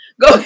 Go